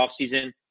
offseason